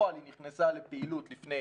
לפני